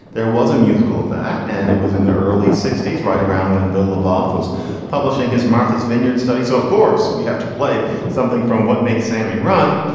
there was a musical of that. and it was in the early sixty s right around when bill labov was publishing his martha's vineyard study. so, of course, we have to play something from what makes sammy run.